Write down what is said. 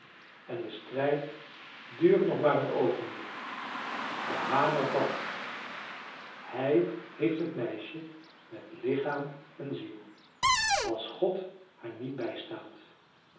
en de strijd duurt nog maar een oogenblik de hamer valt hij heeft het meisje met lichaam en ziel als god haar niet bijstaat